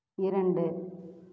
இரண்டு